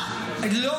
פרטית.